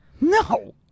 No